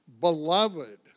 Beloved